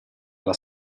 alla